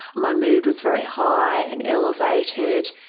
my mood was very high and elevated.